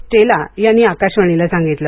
Stella यांनी आकाशवाणीला सांगितलं